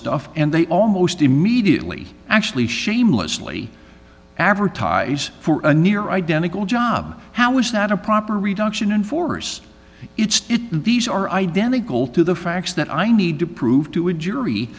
stuff and they almost immediately actually shamelessly advertise for a near identical job how is that a proper reduction in force it's these are identical to the facts that i need to prove to a jury